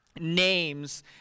names